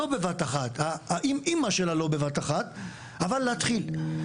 לא בבת אחת, האם-אמא של הלא בבת אחת, אבל להתחיל.